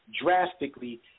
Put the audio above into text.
drastically